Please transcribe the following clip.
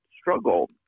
struggle